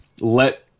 let